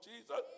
Jesus